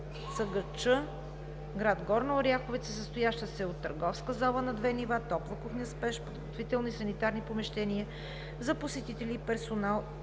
на ЦГЧ, гр. Горна Оряховица, състояща се от търговска зала на две нива, топла кухня с пещ, подготвителни, санитарни помещения за посетители и персонал